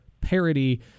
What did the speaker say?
parody